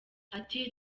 ati